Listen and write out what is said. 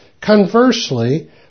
Conversely